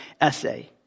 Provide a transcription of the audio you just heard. essay